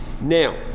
Now